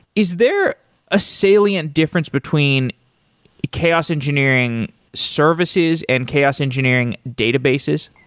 is there a salient difference between chaos engineering services and chaos engineering databases?